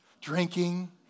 drinking